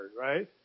right